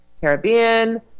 Caribbean